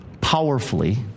powerfully